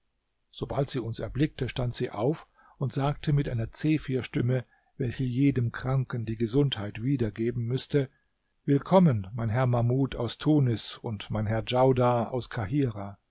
sobald sie uns erblickte stand sie auf und sagte mit einer zephyrstimme welche jedem kranken die gesundheit wiedergeben müßte willkommen mein herr mahmud aus tunis und mein herr djaudar aus